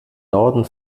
norden